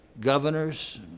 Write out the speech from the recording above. governors